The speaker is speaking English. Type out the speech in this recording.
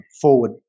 forward